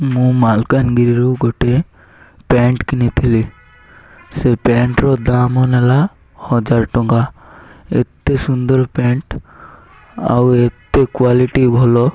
ମୁଁ ମାଲକାନଗିରିରୁ ଗୋଟେ ପ୍ୟାଣ୍ଟ କିଣିଥିଲି ସେ ପ୍ୟାଣ୍ଟର ଦାମ ନେଲା ହଜାର ଟଙ୍କା ଏତେ ସୁନ୍ଦର ପ୍ୟାଣ୍ଟ ଆଉ ଏତେ କ୍ଵାଲିଟି ଭଲ